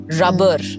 rubber